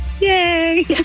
Yay